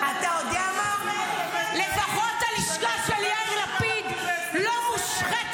7 ביולי 2022 יאיר לפיד מצהיר: ישראלים יכולים להגיע לקטר.